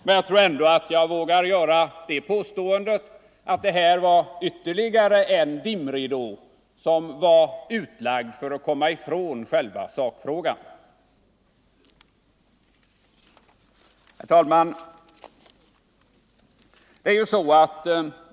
Men jag tror ändå jag vågar göra påståendet att detta var ytterligare en dimridå som var utlagd för att komma ifrån själva sakfrågan. Herr talman!